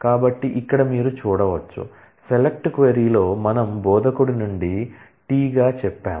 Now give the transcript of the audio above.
కాబట్టి ఇక్కడ మీరు చూడవచ్చు సెలెక్ట్ క్వరీ లో మనం బోధకుడి నుండి T గా చెప్పాము